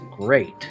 great